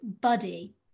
Buddy